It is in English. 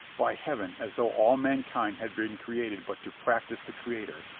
by heaven, as though all mankind had been created but to practise the creator,